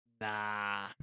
Nah